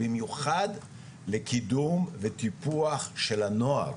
במיוחד לקידום וטיפוח של הנוער.